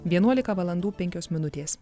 vienuolika valandų penkios minutės